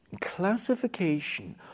classification